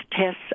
tests